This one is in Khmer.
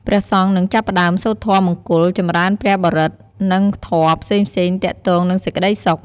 ព្រះសង្ឃនឹងចាប់ផ្ដើមសូត្រធម៌មង្គល ចម្រើនព្រះបរិត្ត និងធម៌ផ្សេងៗទាក់ទងនឹងសេចក្ដីសុខ។